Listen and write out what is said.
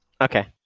Okay